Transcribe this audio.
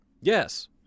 Yes